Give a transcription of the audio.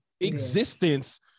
existence